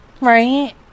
Right